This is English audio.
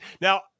Now